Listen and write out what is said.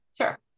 sure